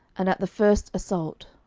and at the first assault.